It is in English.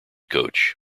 coach